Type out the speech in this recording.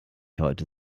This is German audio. heute